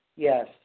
Yes